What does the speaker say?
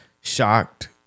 shocked